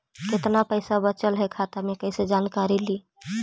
कतना पैसा बचल है खाता मे कैसे जानकारी ली?